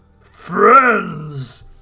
friends